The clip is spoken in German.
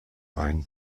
ein